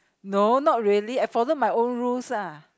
no not really I followed my own rules ah